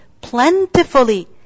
plentifully